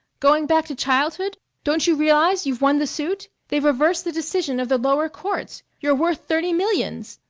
going back to childhood? don't you realize you've won the suit? they've reversed the decision of the lower courts. you're worth thirty millions!